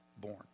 born